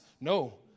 No